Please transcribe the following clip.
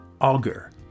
Auger